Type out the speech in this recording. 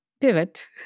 pivot